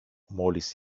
μόλις